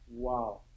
Wow